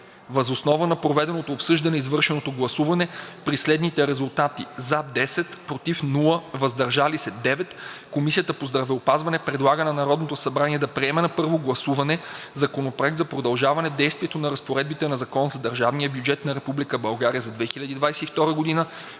Въз основа на проведеното обсъждане и извършеното гласуване при следните резултати: „за“ – 10, без „против“, „въздържал се“ – 9, Комисията по здравеопазването предлага на Народното събрание да приеме на първо гласуване Законопроект за продължаване действието на разпоредби на Закона за държавния бюджет на Република